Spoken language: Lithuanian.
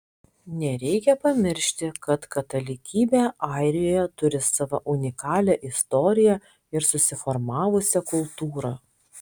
nereikia pamiršti kad katalikybė airijoje turi savo unikalią istoriją ir susiformavusią kultūrą